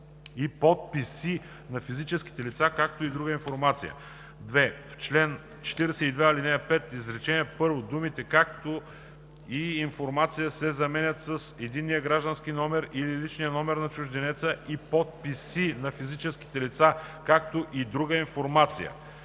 и подписи на физическите лица, както и друга информация“. 2. В чл. 42, ал. 5, изречение първо думите „както и информация“ се заменят с „единния граждански номер или личния номер на чужденец и подписи на физическите лица, както и друга информация“.